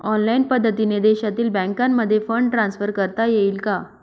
Online पद्धतीने देशातील बँकांमध्ये फंड ट्रान्सफर करता येईल का?